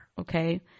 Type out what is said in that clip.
okay